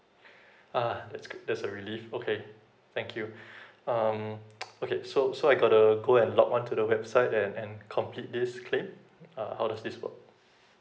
ah that's great that's a relief okay thank you um okay so so I got to go and log on to the website and and complete this claim uh how does this work